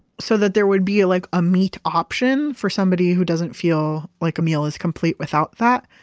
so that there would be like a meat option for somebody who doesn't feel like a meal is complete without that.